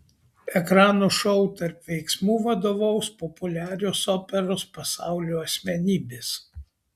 ekrano šou tarp veiksmų vadovaus populiarios operos pasaulio asmenybės